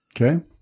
Okay